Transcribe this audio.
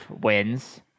wins